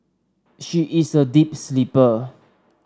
she is a deep sleeper